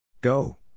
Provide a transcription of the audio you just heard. Go